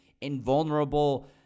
invulnerable